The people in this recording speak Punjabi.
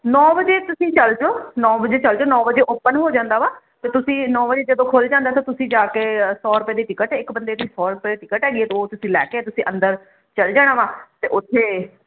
ਨੋ ਵਜੇ ਤੁਸੀਂ ਚੱਲ ਜਾਓ ਨੋ ਵਜੇ ਚਲ ਜਾਓ ਨੋ ਵਜੇ ਓਪਨ ਹੋ ਜਾਂਦਾ ਵਾ ਤੇ ਤੁਸੀਂ ਨੋ ਵਜੇ ਜਦੋਂ ਖੁੱਲ ਜਾਂਦਾ ਤਾਂ ਤੁਸੀਂ ਜਾ ਕੇ ਸੋ ਰੁਪਏ ਦੀ ਟਿਕਟ ਇੱਕ ਬੰਦੇ ਦੀ ਸੋ ਰੁਪਏ ਟਿਕਟ ਹੈਗੀ ਉਹ ਤੁਸੀਂ ਲੈ ਕੇ ਤੁਸੀਂ ਅੰਦਰ ਚਲੇ ਜਾਣਾ ਵਾ ਤੇ ਉਥੇ